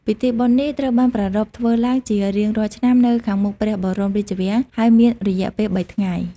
ពិធីបុណ្យនេះត្រូវបានប្រារព្ធធ្វើឡើងជារៀងរាល់ឆ្នាំនៅខាងមុខព្រះបរមរាជវាំង ហើយមានរយៈពេលបីថ្ងៃ។